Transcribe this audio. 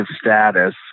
status